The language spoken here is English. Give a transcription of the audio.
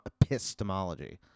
epistemology